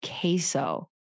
queso